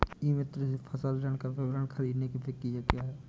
ई मित्र से फसल ऋण का विवरण ख़रीदने की प्रक्रिया क्या है?